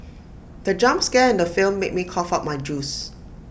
the jump scare in the film made me cough out my juice